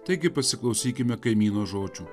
taigi pasiklausykime kaimyno žodžių